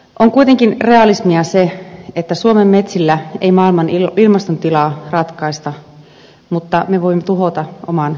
on kuitenkin realismia se että suomen metsillä ei maailman ilmaston tilaa ratkaista mutta me voimme tuhota omien metsiemme käytön